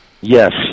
Yes